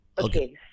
Okay